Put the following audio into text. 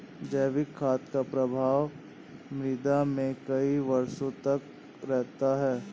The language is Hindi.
जैविक खाद का प्रभाव मृदा में कई वर्षों तक रहता है